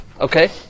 Okay